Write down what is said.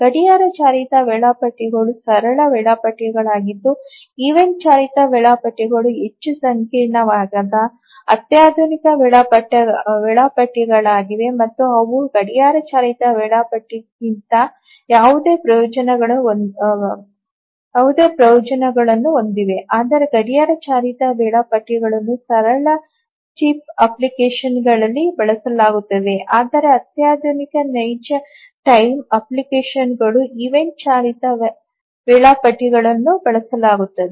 ಗಡಿಯಾರ ಚಾಲಿತ ವೇಳಾಪಟ್ಟಿಗಳು ಸರಳ ವೇಳಾಪಟ್ಟಿಗಳಾಗಿದ್ದು ಈವೆಂಟ್ ಚಾಲಿತ ವೇಳಾಪಟ್ಟಿಗಳು ಹೆಚ್ಚು ಸಂಕೀರ್ಣವಾದ ಅತ್ಯಾಧುನಿಕ ವೇಳಾಪಟ್ಟಿಗಳಾಗಿವೆ ಮತ್ತು ಅವು ಗಡಿಯಾರ ಚಾಲಿತ ವೇಳಾಪಟ್ಟಿಗಿಂತ ಯಾವುದೇ ಪ್ರಯೋಜನಗಳನ್ನು ಹೊಂದಿವೆ ಆದರೆ ಗಡಿಯಾರ ಚಾಲಿತ ವೇಳಾಪಟ್ಟಿಗಳನ್ನು ಸರಳ ಚಿಪ್ ಅಪ್ಲಿಕೇಶನ್ಗಳಲ್ಲಿ ಬಳಸಲಾಗುತ್ತದೆ ಆದರೆ ಅತ್ಯಾಧುನಿಕ ನೈಜ ಟೈಮ್ ಅಪ್ಲಿಕೇಶನ್ಗಳು ಈವೆಂಟ್ ಚಾಲಿತ ವೇಳಾಪಟ್ಟಿಗಳನ್ನು ಬಳಸಲಾಗುತ್ತದೆ